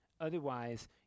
Otherwise